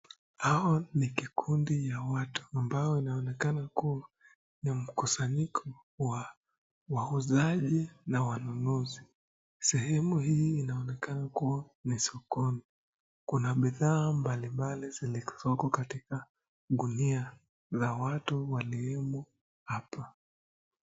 Hao ni kikundi ya watu ambao wanaonekana kuwa ni mkusanyiko wa wauzaji na wanunuzi. Sehemu hii inaonekana kua ni sokoni kuna bidhaa mbalimbali zilizoko katika gunia za watu waliomo hapo.